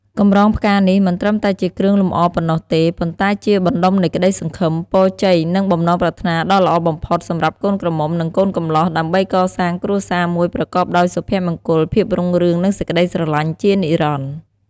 កម្រងផ្កានេះមិនត្រឹមតែជាគ្រឿងលម្អប៉ុណ្ណោះទេ ប៉ុន្តែជា បណ្តុំនៃក្តីសង្ឃឹម ពរជ័យ និងបំណងប្រាថ្នាដ៏ល្អបំផុត សម្រាប់កូនក្រមុំ និងកូនកំលោះ ដើម្បីកសាងគ្រួសារមួយប្រកបដោយសុភមង្គល ភាពរុងរឿង និងសេចក្តីស្រឡាញ់ជានិរន្តរ៍។